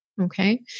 Okay